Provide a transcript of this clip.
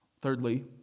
Thirdly